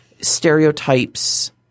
stereotypes